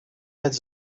met